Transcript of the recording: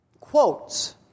quotes